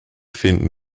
finden